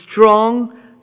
strong